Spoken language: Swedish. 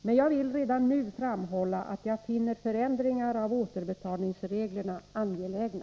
Men jag vill redan nu framhålla att jag finner förändringar av återbetalningsreglerna angelägna.